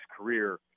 career